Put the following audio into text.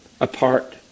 Apart